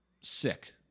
sick